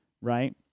right